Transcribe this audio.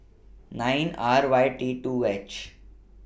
nine Rd Y T two H